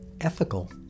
ethical